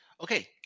Okay